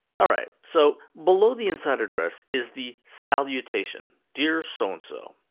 all right, so, below the inside address is the salutation. dear so-and-so.